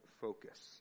focus